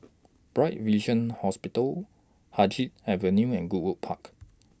Bright Vision Hospital Haig Avenue and Goodwood Road